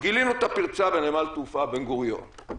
גילינו את הפרצה בנמל התעופה בן גוריון,